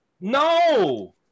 no